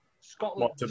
Scotland